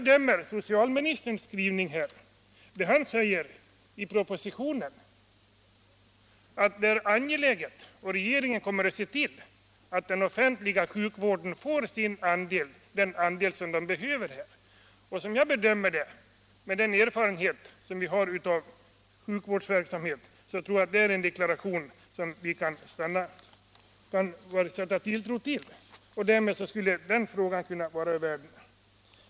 Socialministern skriver i propositionen att det är angeläget — och att regeringen kommer att se till — att den offentliga sektorn får den andel som den behöver. Med den erfarenhet jag har av sjukvårdsverksamhet tror jag att att det är en deklaration som vi kan sätta tilltro till. Därmed skulle den frågan kunna vara ur världen.